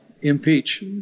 impeach